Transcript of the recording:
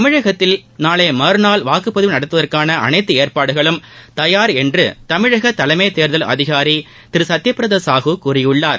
தமிழகத்தில் நாளை மறுநாள் வாக்குப்பதிவு நடத்துவதற்கான அனைத்து ஏற்பாடுகளும் தயார் என்று தமிழக தலைமை தேர்தல் அதிகாரி திரு சத்தியப்பிரத சாஹு கூறியிருக்கிறார்